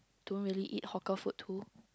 don't really eat hawker food too